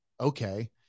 okay